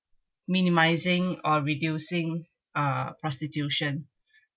minimising or reducing uh prostitution